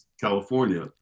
California